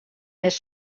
més